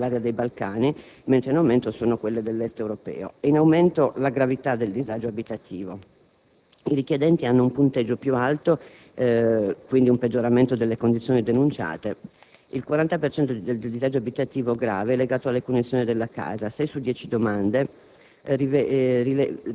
provenienti dall'area dei Balcani, mentre in aumento sono quelle dell'Est europeo. È poi in aumento la gravità del disagio abitativo. I richiedenti hanno un punteggio più alto, quindi si è verificato un peggioramento delle condizioni denunciate. Il 40 per cento del disagio abitativo grave è legato alle condizioni della casa: sei su dieci domande